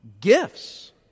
gifts